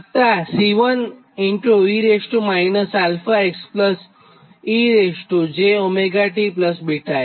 વત્તા C2 e 𝛼x ej𝜔t𝛽x